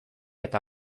eta